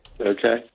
Okay